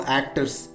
actors